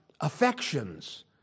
affections